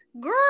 Girl